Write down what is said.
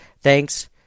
Thanks